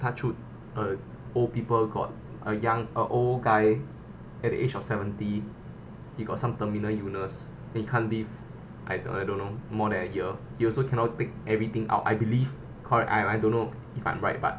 touch wood uh old people got a young oh a old guy at the age of seventy he got some terminal illness then he can't live I I don't know more than a year he also cannot take everything out I believe cause I I don't know if I'm right but